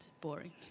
boring